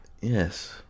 yes